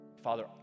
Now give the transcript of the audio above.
Father